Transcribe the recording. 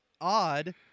odd